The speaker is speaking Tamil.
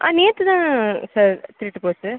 ஆ நேற்று தான் சார் திருட்டு போச்சு